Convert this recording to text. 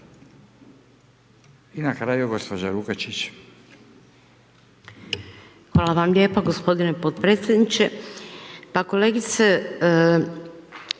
Hvala gospodine potpredsjedniče.